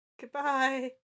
Goodbye